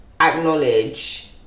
acknowledge